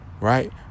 right